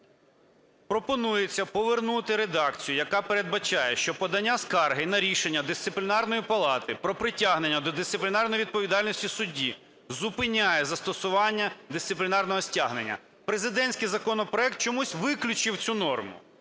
Пропонується повернути редакцію, яка передбачає, що подання скарги на рішення Дисциплінарної палати про притягнення до дисциплінарної відповідальності судді зупиняє застосування дисциплінарного стягнення. Президентський законопроект чомусь виключив цю норму.